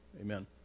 Amen